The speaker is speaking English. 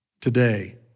today